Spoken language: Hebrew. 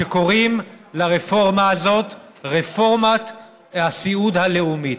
שקוראים לרפורמה הזאת "רפורמת הסיעוד הלאומית".